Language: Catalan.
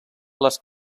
les